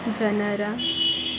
ಜನರ